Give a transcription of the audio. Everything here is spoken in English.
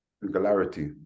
singularity